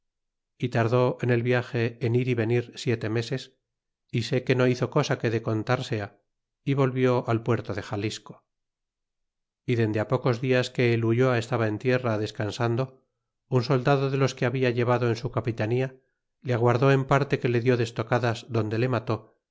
y tardó en el viaje en ir y venir siete meses y sé que no hizo cosa que de contar sea y volvió al puerto de xalisco y dende á pocos dias que el ulloa estaba en tierra descansando un soldado de los que habia llevado en su capitania le aguardó en parte que le dió